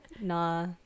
Nah